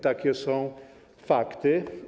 Takie są fakty.